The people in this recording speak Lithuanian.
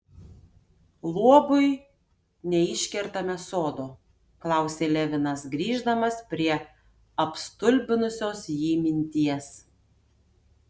luobui neiškertame sodo klausė levinas grįždamas prie apstulbinusios jį minties